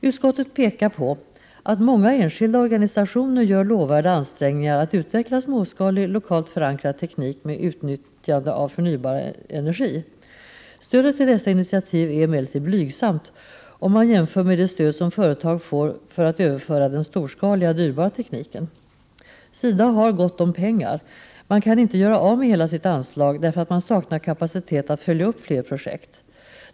Utskottet pekar på att många enskilda organisationer gör lovvärda ansträngningar att utveckla småskalig lokalt förankrad teknik med utnyttjande av förnybar energi. Stödet till dessa initiativ är emellertid blygsamt, om man jämför med det stöd som företag får för att överföra den storskaliga, dyrbara tekniken. SIDA har gott om pengar. Man kan inte göra av med hela sitt anslag, därför att man saknar kapacitet att följa upp fler projekt.